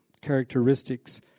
characteristics